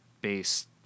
based